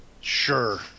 Sure